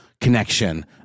connection